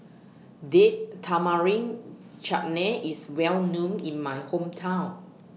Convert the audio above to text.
Date Tamarind Chutney IS Well known in My Hometown